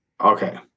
Okay